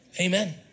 amen